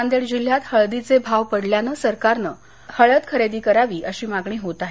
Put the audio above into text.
नांदेड जिल्ह्यात हळदीचे भाव पडल्यानं सरकारनं हळद खरेदी करावी अशी मागणी होत आहे